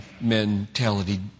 mentality